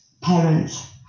parents